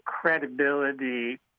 credibility